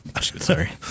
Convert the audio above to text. Sorry